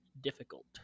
difficult